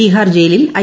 തീഹാർ ജയിലിൽ ഐ